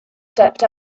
stepped